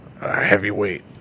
heavyweight